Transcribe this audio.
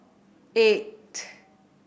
eight